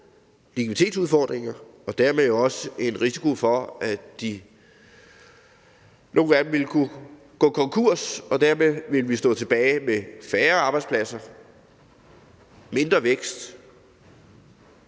likviditetsudfordringer, og der vil dermed også være en risiko for, at nogle af dem vil gå konkurs. Dermed vil vi stå tilbage med færre arbejdspladser, mindre vækst